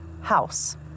house